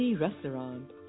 Restaurant